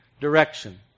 direction